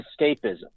escapism